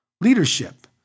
leadership